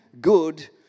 good